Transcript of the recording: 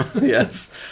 Yes